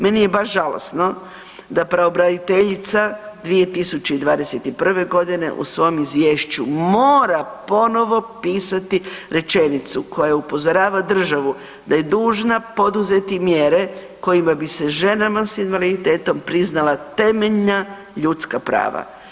Meni je baš žalosno da pravobraniteljica 2021. godine u svom izvješću mora ponovo pisati rečenicu koja upozorava državu da je dužna poduzeti mjere kojima bi se ženama s invaliditetom priznala temeljna ljudska prava.